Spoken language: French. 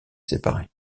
séparer